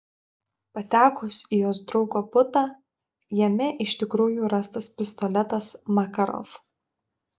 patekus į jos draugo butą jame iš tikrųjų rastas pistoletas makarov